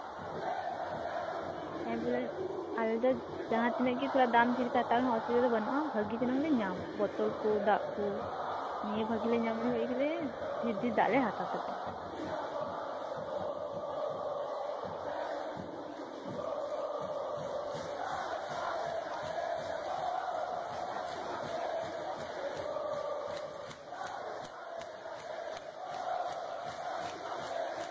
ᱦᱮᱸ ᱵᱟᱞᱮ ᱟᱞᱮ ᱫᱚ ᱡᱟᱦᱟᱸᱛᱤᱱᱟᱹᱜ ᱜᱮ ᱛᱷᱚᱲᱟ ᱫᱟᱢ ᱰᱷᱮᱨ ᱯᱮ ᱦᱟᱛᱟᱣ ᱨᱮᱦᱚᱸ ᱚᱥᱩᱵᱤᱫᱷᱟ ᱫᱚ ᱵᱟᱹᱱᱩᱜᱼᱟ ᱵᱷᱟᱹᱜᱤ ᱡᱮᱢᱚᱱ ᱞᱮ ᱧᱟᱢ ᱵᱚᱛᱳᱞ ᱠᱚ ᱫᱟᱜ ᱠᱚ ᱱᱤᱭᱟᱹ ᱵᱷᱟᱹᱜᱤ ᱞᱮ ᱧᱟᱢ ᱞᱮᱠᱷᱟᱱ ᱜᱮᱞᱮ ᱰᱷᱮᱨ ᱰᱷᱮᱨ ᱫᱟᱜ ᱞᱮ ᱦᱟᱛᱟᱣ ᱛᱟᱯᱮᱭᱟ